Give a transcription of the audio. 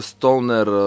Stoner